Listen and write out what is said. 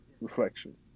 reflection